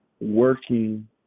working